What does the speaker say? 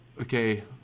okay